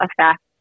affect